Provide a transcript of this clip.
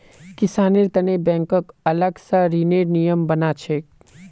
किसानेर तने बैंकक अलग स ऋनेर नियम बना छेक